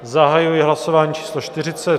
Zahajuji hlasování číslo 40.